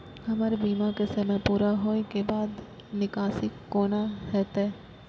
हमर बीमा के समय पुरा होय के बाद निकासी कोना हेतै?